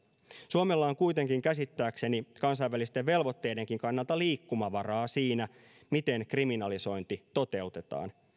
suomella on kuitenkin käsittääkseni kansainvälisten velvoitteidenkin kannalta liikkumavaraa siinä miten kriminalisointi toteutetaan